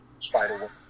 Spider